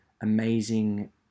amazing